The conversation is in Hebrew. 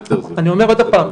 אני אומר עוד הפעם,